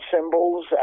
Symbols